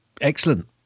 excellent